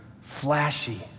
flashy